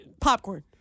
Popcorn